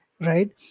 right